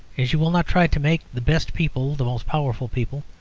as you will not try to make the best people the most powerful people,